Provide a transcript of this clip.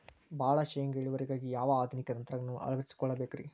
ಭಾಳ ಶೇಂಗಾ ಇಳುವರಿಗಾಗಿ ಯಾವ ಆಧುನಿಕ ತಂತ್ರಜ್ಞಾನವನ್ನ ಅಳವಡಿಸಿಕೊಳ್ಳಬೇಕರೇ?